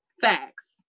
Facts